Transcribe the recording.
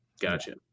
Gotcha